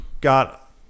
got